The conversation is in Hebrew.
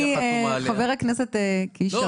חתומה עליה --- חבר הכנסת קיש,